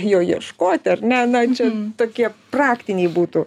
jo ieškoti ar ne na čia tokie praktiniai būtų